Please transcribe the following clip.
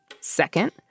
Second